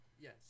Yes